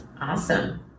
Awesome